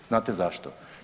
Znate zašto?